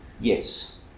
yes